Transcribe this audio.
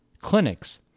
clinics